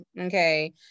Okay